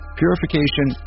purification